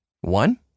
one